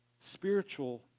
spiritual